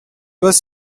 was